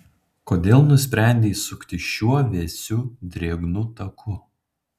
kodėl nusprendei sukti šiuo vėsiu drėgnu taku